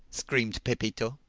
screamed pepito.